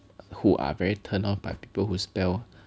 who are very turned off by people who spell